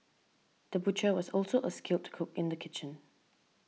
the butcher was also a skilled cook in the kitchen